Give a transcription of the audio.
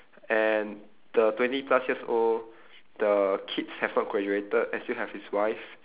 and the twenty plus years old the kids have not graduated and still have his wife